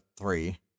three